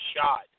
shot